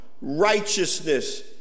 righteousness